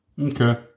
Okay